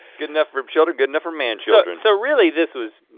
good enough for um children, good enough for man children. so really this was,